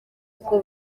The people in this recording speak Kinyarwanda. uko